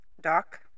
Doc